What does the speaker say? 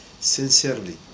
sincerely